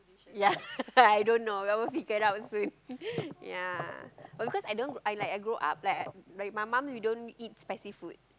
ya I don't know I will figure out soon ya because I don't I like grow up like my mum don't eat spicy food